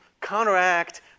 counteract